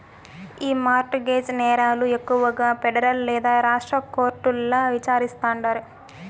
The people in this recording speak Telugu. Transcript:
ఈ మార్ట్ గేజ్ నేరాలు ఎక్కువగా పెడరల్ లేదా రాష్ట్ర కోర్టుల్ల విచారిస్తాండారు